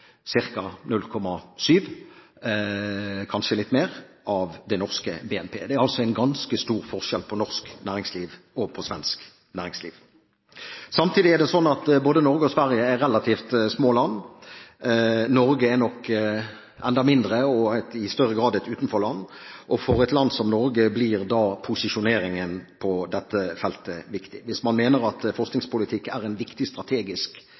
ca. 0,7 pst. – kanskje litt mer – av det norske BNP. Det er altså en ganske stor forskjell på norsk og svensk næringsliv. Samtidig er det slik at både Norge og Sverige er relativt små land. Norge er nok enda mindre og i større grad et utenforland, og for et land som Norge blir da posisjonering på dette feltet viktig. Hvis man mener at forskningspolitikk er et viktig strategisk